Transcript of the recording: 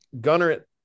Gunner